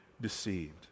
deceived